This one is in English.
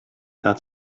that